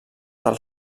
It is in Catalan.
del